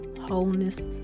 wholeness